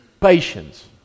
patience